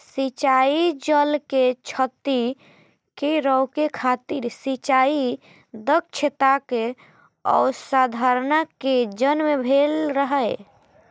सिंचाइ जल के क्षति कें रोकै खातिर सिंचाइ दक्षताक अवधारणा के जन्म भेल रहै